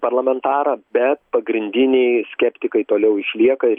parlamentarą bet pagrindiniai skeptikai toliau išlieka ir